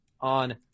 on